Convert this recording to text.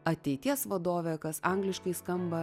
ateities vadovė kas angliškai skamba